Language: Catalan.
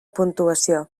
puntuació